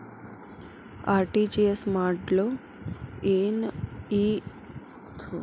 RTGS ಮಾಡ್ಲೊ NEFT ಮಾಡ್ಲೊ?